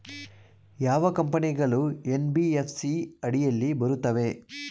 ಯಾವ ಕಂಪನಿಗಳು ಎನ್.ಬಿ.ಎಫ್.ಸಿ ಅಡಿಯಲ್ಲಿ ಬರುತ್ತವೆ?